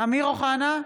אמיר אוחנה,